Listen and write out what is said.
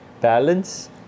balance